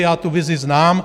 Já tu vizi znám.